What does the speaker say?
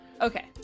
Okay